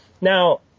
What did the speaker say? Now